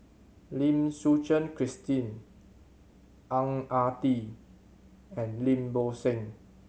Lim Suchen Christine Ang Ah Tee and Lim Bo Seng